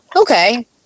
Okay